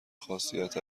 خاصیت